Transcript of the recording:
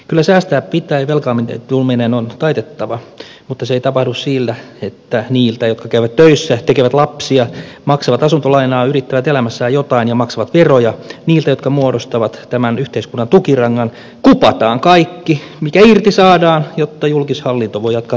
kyllä säästää pitää ja velkaantuminen on taitettava mutta se ei tapahdu sillä että niiltä jotka käyvät töissä tekevät lapsia maksavat asuntolainaa yrittävät elämässään jotain ja maksavat veroja niiltä jotka muodostavat tämän yhteiskunnan tukirangan kupataan kaikki mikä irti saadaan jotta julkishallinto voi jatkaa turpoamista